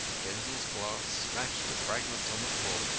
denzil's glass dashed to fragments on the floor.